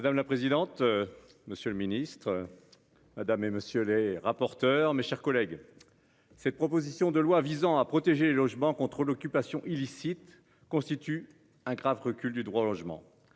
Madame la présidente. Monsieur le Ministre. Madame et monsieur les rapporteurs, mes chers collègues. Cette proposition de loi visant à protéger les logements contre l'occupation illicite constitue un grave recul du droit au logement